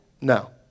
No